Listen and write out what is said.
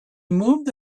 moved